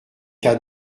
cas